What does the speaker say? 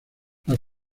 las